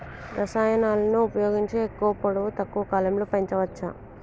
రసాయనాలను ఉపయోగించి ఎక్కువ పొడవు తక్కువ కాలంలో పెంచవచ్చా?